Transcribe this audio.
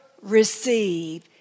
receive